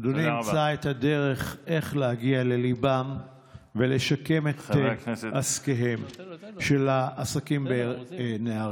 אדוני ימצא את הדרך איך להגיע לליבם ולשקם את עסקיהם של העסקים בנהריה.